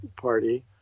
party